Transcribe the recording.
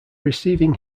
receiving